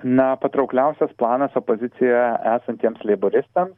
na patraukliausias planas opozicijoje esantiems leiboristam